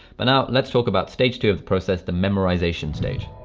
but now let's talk about stage two of the process the memorization stage.